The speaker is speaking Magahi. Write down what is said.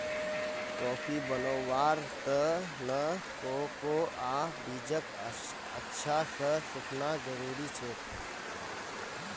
कॉफी बनव्वार त न कोकोआ बीजक अच्छा स सुखना जरूरी छेक